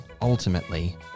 ultimately